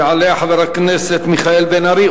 יעלה חבר הכנסת מיכאל בן-ארי,